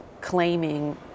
claiming